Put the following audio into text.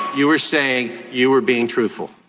you were saying you were being truthful?